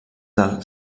del